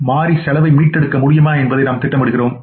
எனவே மாறி செலவை மீட்டெடுக்க முடியுமா என்பதை நாம் திட்டமிடுகிறோம்